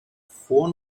vor